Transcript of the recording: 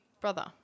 Brother